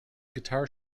guitar